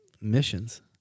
missions